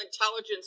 intelligence